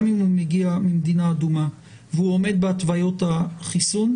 גם אם הוא מגיע ממדינה אדומה והוא עומד בהתוויות החיסון,